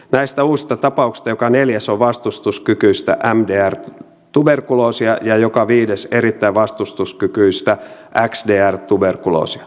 näistä uusista tapauksista joka neljäs on vastustuskykyistä mdr tuberkuloosia ja joka viides erittäin vastustuskykyistä xdr tuberkuloosia